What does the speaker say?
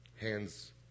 hands